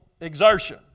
exertion